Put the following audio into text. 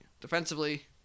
Defensively